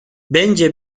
bence